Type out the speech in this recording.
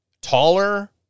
taller